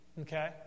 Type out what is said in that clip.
Okay